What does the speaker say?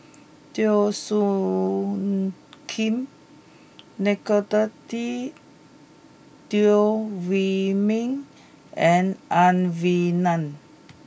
Teo Soon Kim Nicolette Teo Wei Min and Ang Wei Neng